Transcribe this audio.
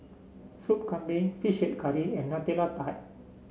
Sup Kambing fish head curry and Nutella Tart